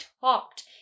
talked